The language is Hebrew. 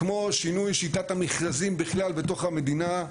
כמו שינוי שיטת המכרזים בכלל בתוך המדינה,